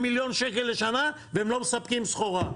מיליון שקלים לשנה והם לא מספקים סחורה.